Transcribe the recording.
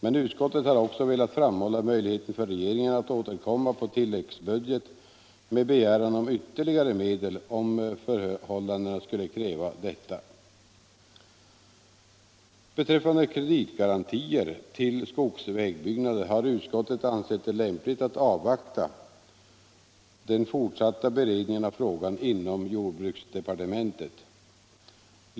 Men utskottet har också velat framhålla möjligheten för regeringen att 13 på tilläggsbudget begära ytterligare medel, om förhållandena skulle kräva detta. Beträffande kreditgarantier till skogsvägbyggnader har utskottet ansett det lämpligt att avvakta den fortsatta beredningen av frågan inom jordbruksdepartementet.